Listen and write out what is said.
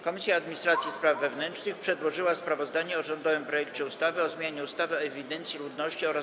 Komisja Administracji i Spraw Wewnętrznych przedłożyła sprawozdanie o rządowym projekcie ustawy o zmianie ustawy o ewidencji ludności oraz